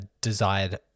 desired